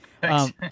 Thanks